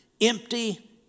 empty